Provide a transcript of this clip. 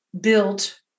built